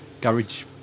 garage